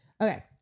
Okay